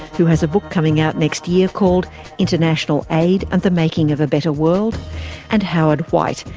who has a book coming out next year called international aid and the making of a better world and howard white,